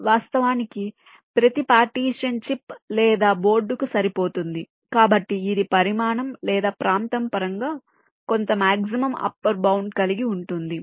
వాస్తవానికి ప్రతి partition chip లేదా బోర్డ్కు సరిపోతుంది కాబట్టి ఇది పరిమాణం లేదా ప్రాంతం పరంగా కొంత మాక్సిమం అప్పర్ బౌండ్ కలిగి ఉంటుంది